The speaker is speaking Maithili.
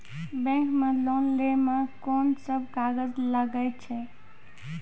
बैंक मे लोन लै मे कोन सब कागज लागै छै?